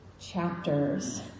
chapters